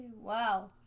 wow